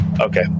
Okay